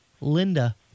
Linda